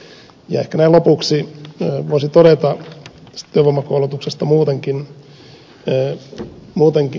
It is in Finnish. ehkä näin lopuksi voisi todeta tästä työvoimakoulutuksesta muutenkin